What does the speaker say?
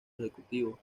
ejecutivo